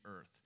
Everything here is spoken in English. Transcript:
earth